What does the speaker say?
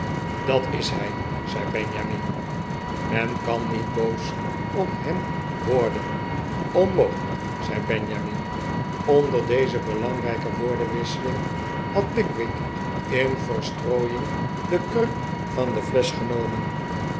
dat is hij zei benjamin men kan niet boos op hem worden onmogelijk zei benjamin onder deze belangrijke woordenwisseling had pickwick in verstrooiing de kurk van de flesch genomen